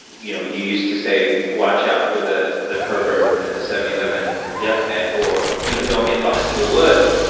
you know, you used to say watch out for the the pervert at the seven eleven yeah or you know, don't get lost in the woods.